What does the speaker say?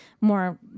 more